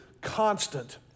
constant